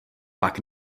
pak